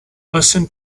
listen